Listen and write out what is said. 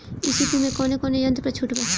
ई.सी टू मै कौने कौने यंत्र पर छुट बा?